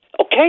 okay